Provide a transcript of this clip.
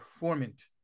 performant